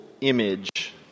image